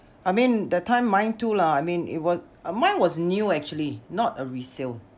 I mean that time mine too lah I mean it was uh mine was new actually not a resale